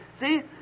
See